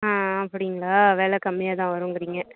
ஆ அப்படிங்களா வெலை கம்மியாக தான் வருங்குறீங்க